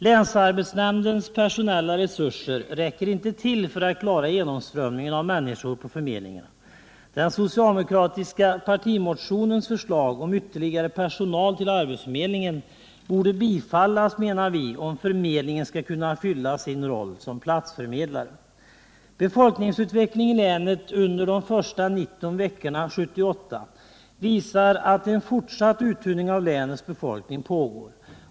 Länsarbetsnämndens personella resurser räcker inte till för att klara genomströmningen av människor på förmedlingarna. Den socialdemokratiska partimotionens förslag om ytterligare personal till arbetsförmedlingen borde bifallas, menar vi, om förmedlingen skall kunna fylla sin roll som platsförmedlare. Befolkningsutvecklingen i länet under de första 19 veckorna 1978 visar att en fortsatt uttunning av länets befolkning pågår.